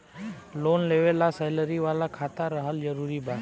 Loan लेवे ला salary वाला खाता रहल जरूरी बा?